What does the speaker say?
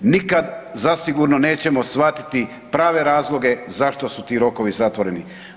Nikad zasigurno nećemo shvatiti prave razloge zašto su ti rokovi zatvoreni.